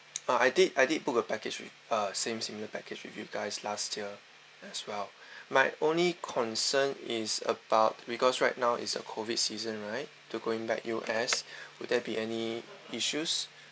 uh I did I did book a package with uh same similar package with you guys last year as well my only concern is about because right now is a COVID season right to going back U_S would there be any issues